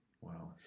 Wow